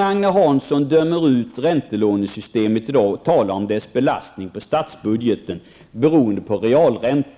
Agne Hansson dömde ut räntelånesystemet. Han talade om dess belastning på statsbudgeten beroende på realräntan.